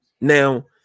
Now